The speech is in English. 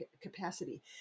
capacity